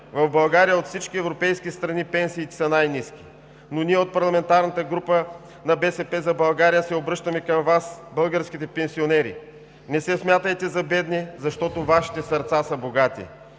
В България от всички европейски страни пенсиите са най ниски. Но ние от парламентарната група на „БСП за България“ се обръщаме към Вас, българските пенсионери: не се смятайте за бедни, защото Вашите сърца са богати